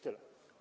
Tyle.